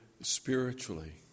spiritually